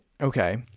Okay